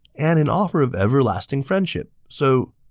and an offer of everlasting friendship. so,